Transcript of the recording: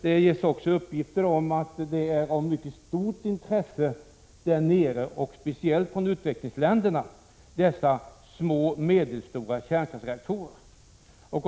Det ges uppgifter om att det finns ett mycket stort intresse speciellt från u-länder för dessa små och medelstora kärnkraftreaktorer.